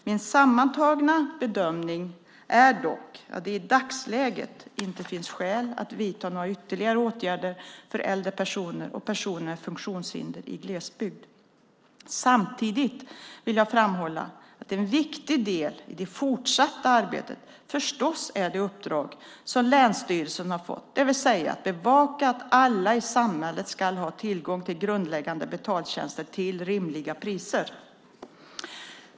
Min sammantagna bedömning är dock att det i dagsläget inte finns skäl att vidta några ytterligare åtgärder för äldre personer och personer med funktionsnedsättning i glesbygden. Samtidigt vill jag framhålla att en viktig del i det fortsatta arbetet förstås är det uppdrag som länsstyrelserna har fått, det vill säga att bevaka att alla i samhället ska ha tillgång till grundläggande betaltjänster till rimliga priser.